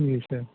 جی سر